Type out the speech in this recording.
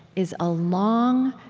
is a long,